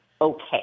okay